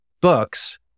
books